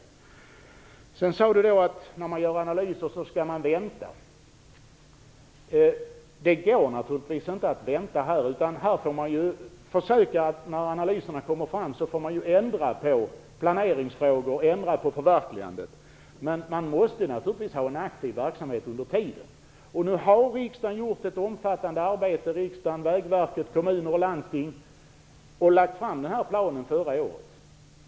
Elisa Abascal Reyes sade att man skall vänta när man gör analyser. Det går naturligtvis inte att vänta nu. När analyserna kommer fram får man ändra på planeringsfrågor och på förverkligande. Men man måste naturligtvis ha en aktiv verksamhet under tiden. Riksdagen, Vägverket, kommuner och landsting gjorde ett omfattande arbete och lade fram planen förra året.